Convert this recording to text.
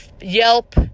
Yelp